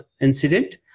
incident